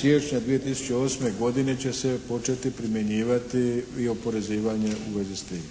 siječnja 2008. godine će se početi primjenjivati i oporezivanje u vezi s tim.